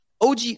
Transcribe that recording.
OG